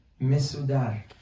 Mesudar